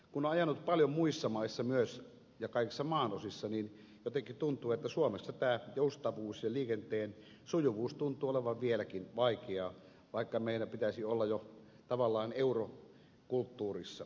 kun on ajanut paljon muissa maissa myös ja kaikissa maanosissa niin jotenkin tuntuu että suomessa tämä joustavuus ja liikenteen sujuvuus tuntuvat olevan vieläkin vaikeaa vaikka meidän pitäisi olla jo tavallaan eurokulttuurissa